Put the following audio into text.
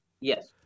Yes